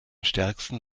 stärksten